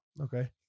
Okay